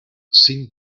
sin